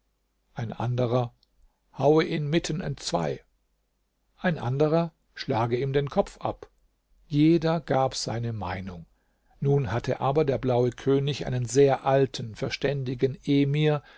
ein anderer haue ihn mitten entzwei ein anderer schlage ihm den kopf ab jeder gab seine meinung nun hatte aber der blaue könig einen sehr alten verständigen emir